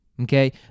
okay